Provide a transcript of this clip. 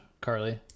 Carly